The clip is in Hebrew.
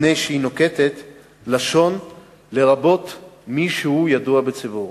מפני שהיא נוקטת לשון "לרבות מי שהוא ידוע בציבור".